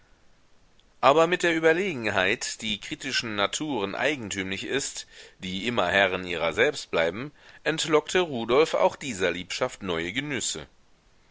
aber mit der überlegenheit die kritischen naturen eigentümlich ist die immer herren ihrer selbst bleiben entlockte rudolf auch dieser liebschaft neue genüsse